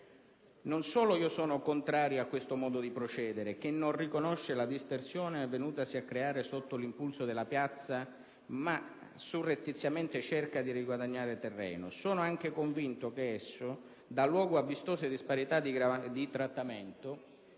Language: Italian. Non solo sono contrario a questo modo di procedere, che non riconosce la dispersione venutasi a creare sotto l'impulso della piazza ma surrettiziamente cerca di riguadagnare terreno, ma sono altresì convinto che esso dia luogo a vistose disparità di trattamento,